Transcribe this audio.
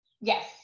yes